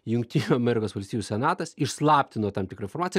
jungtinių amerikos valstijų senatas išslaptino tam tikrą informaciją